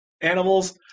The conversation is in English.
animals